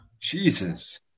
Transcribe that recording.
Jesus